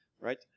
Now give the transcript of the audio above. right